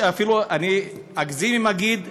אני לא אגזים אם אגיד זאת,